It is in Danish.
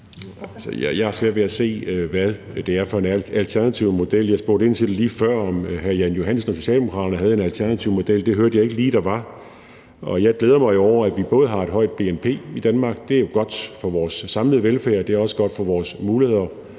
svært ved at se, hvad det er for en alternativ model. Jeg spurgte ind til det lige før, altså om hr. Jan Johansen og Socialdemokraterne havde en alternativ model, og det hørte jeg ikke lige at der var. Og jeg glæder mig jo over, at vi har et højt bnp i Danmark. Det er godt for vores samlede velfærd, og det er også godt for vores muligheder